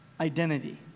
identity